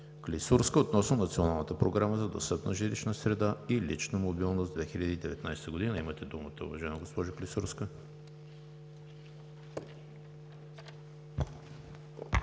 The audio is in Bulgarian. Клисурска относно Националната програма за достъпна жилищна среда и лична мобилност 2019 г. Имате думата, уважаема госпожо Клисурска.